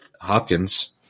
Hopkins